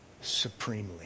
supremely